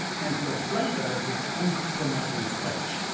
and for a flavour of his uncompromising approach,